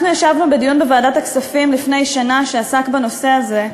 אנחנו ישבנו בוועדת הכספים לפני שנה בדיון שעסק בנושא הזה,